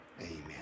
Amen